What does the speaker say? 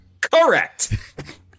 Correct